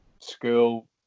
school